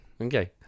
okay